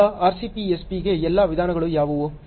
ಈಗ RCPSPಗೆ ಎಲ್ಲ ವಿಧಾನಗಳು ಯಾವುವು